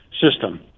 system